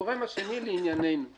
הגורם השני לענייננו הוא